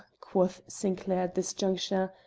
quoth sinclair at this juncture,